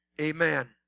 Amen